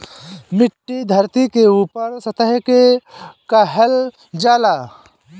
मिट्टी धरती के ऊपरी सतह के कहल जाला